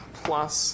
plus